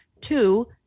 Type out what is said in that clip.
two